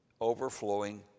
overflowing